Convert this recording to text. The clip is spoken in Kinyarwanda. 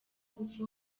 gupfa